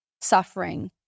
suffering